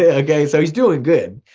yeah okay. so he's doing good,